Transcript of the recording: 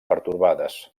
pertorbades